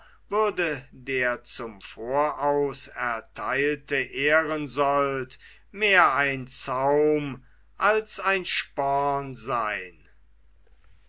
würde der zum voraus ertheilte ehrensold mehr ein zaum als ein sporn seyn